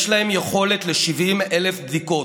יש להם יכולת ל-70,000 בדיקות.